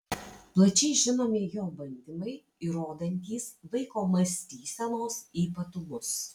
plačiai žinomi jo bandymai įrodantys vaiko mąstysenos ypatumus